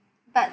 but